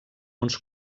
uns